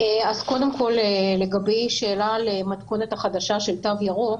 אז קודם כל לגבי השאלה על המתכונת החדשה של התו הירוק